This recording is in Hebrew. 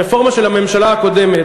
הרפורמה של הממשלה הקודמת